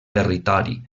territori